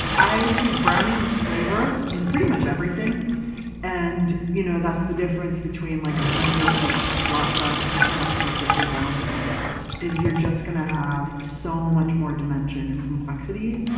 i think browning is flavor in pretty much everything and you know that's the difference between an like ah undercooked latke and a perfectly browned one is you're just going to have so much more dimension and complexity,